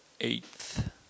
Eighth